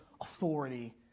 authority